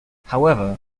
however